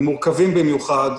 הם מורכבים במיוחד.